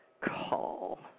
call